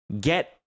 Get